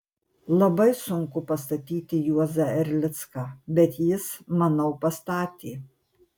labai sunku pastatyti juozą erlicką bet jis manau pastatė